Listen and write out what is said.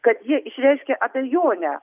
kad jie išreiškė abejonę